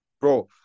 bro